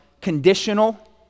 conditional